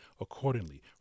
accordingly